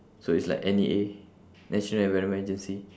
so it's like N_E_A national environment agency